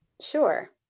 Sure